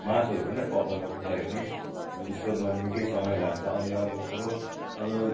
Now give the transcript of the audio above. मासुहरू नि पकाउनु पऱ्यो भने स्टोभमा निकै समय लाग्छ अनि अर्को कुरो अब